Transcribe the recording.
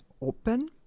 open